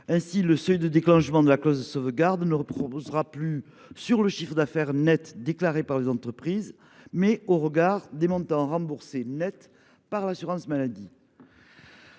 Ainsi, le seuil de déclenchement de la clause de sauvegarde reposera non plus sur le chiffre d’affaires net déclaré par les entreprises, mais sur les montants nets remboursés par l’assurance maladie.